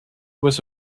was